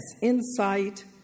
insight